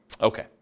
Okay